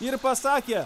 ir pasakė